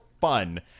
fun